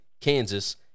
Kansas